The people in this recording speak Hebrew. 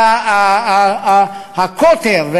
הקוטר,